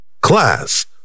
class